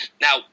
Now